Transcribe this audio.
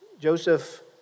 Joseph